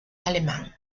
alemán